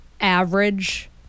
average